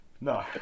No